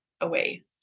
away